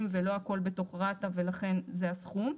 ולא הכל בתור רת"א ולכן זה הסכום.